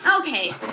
Okay